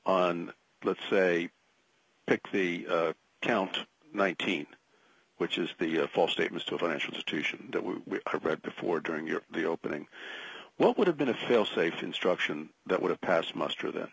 on let's say pick the count nineteen which is the false statement to financial institution that we read before during your the opening what would have been a failsafe instruction that would have passed muster then